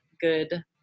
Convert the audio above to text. good